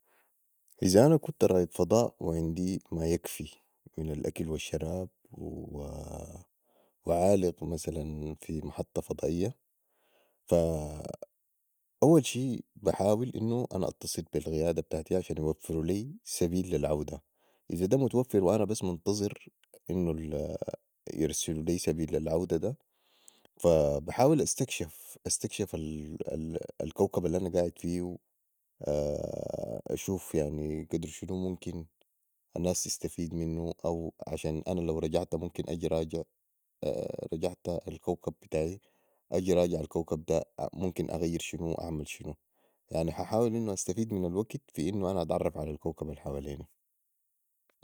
إذا أنا كنت رائد فضاء وعندي مايكفي من الاكل والشراب وعالق مثلاً في محطة فضائية ف اول شي بحاول انو أنا اتصل بي القيادة بتاعتي عشان يوفرو لي سبيل للعوده إذا ده متوفر وأنا بس منتظر انو يوفرو لي سبيل العوده ده بحاول استكشف الكوكب الانا قاعد فيهو أشوف قدر شنو يعني الناس تستفيد منو او عشان ان لو رجعتا ممكن اجي راجع رحعتا الكوكب بتاعي احي راجع الكوكب ده ممكن اجي اغير شنو واعمل شنو يغني ح احوال انو استفيد من الوكت في انو أنا اتعرف علي الكوكب الحواليني